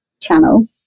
channel